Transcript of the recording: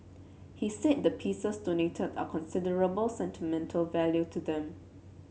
he said the pieces donated are considerable sentimental value to them